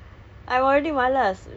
it's like malas nak pergi mana